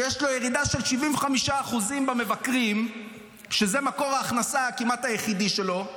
כשיש לו ירידה של 75% במבקרים כשזה מקור ההכנסה הכמעט-יחידי שלו.